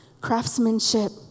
craftsmanship